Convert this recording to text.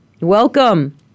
Welcome